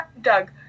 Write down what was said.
Doug